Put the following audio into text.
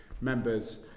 members